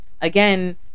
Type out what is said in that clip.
Again